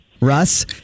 Russ